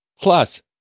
Plus